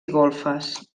golfes